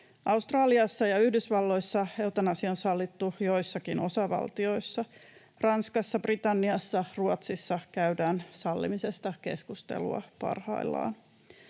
Australiassa ja Yhdysvalloissa eutanasia on sallittu joissakin osavaltioissa. Ranskassa, Britanniassa ja Ruotsissa käydään sallimisesta keskustelua parhaillaan.